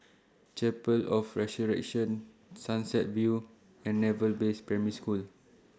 Chapel of Resurrection Sunset View and Naval Base Primary School